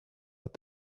but